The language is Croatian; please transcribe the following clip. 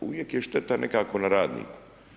Uvijek je šteta nekako na radniku.